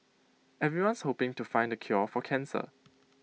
everyone's hoping to find the cure for cancer